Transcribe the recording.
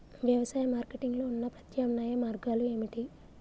వ్యవసాయ మార్కెటింగ్ లో ఉన్న ప్రత్యామ్నాయ మార్గాలు ఏమిటి?